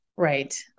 Right